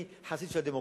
אני חסיד של הדמוקרטיה,